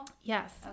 yes